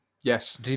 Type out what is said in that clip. Yes